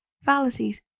fallacies